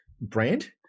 brand